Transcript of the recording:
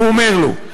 הוא אומר לו.